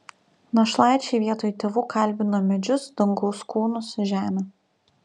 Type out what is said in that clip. našlaičiai vietoj tėvų kalbino medžius dangaus kūnus žemę